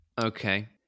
Okay